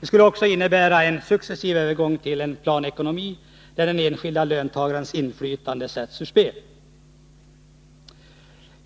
Det skulle också innebära en successiv övergång till en planekonomi där den enskilde löntagarens inflytande sätts ur spel.